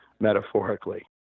metaphorically